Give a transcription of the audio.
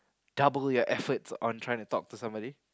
double your efforts on trying to talk to somebody